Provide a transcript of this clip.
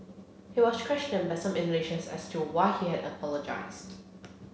he was questioned by some Indonesians as to why he had apologised